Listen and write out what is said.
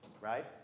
right